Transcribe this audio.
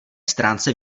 stránce